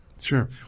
Sure